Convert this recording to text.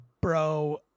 bro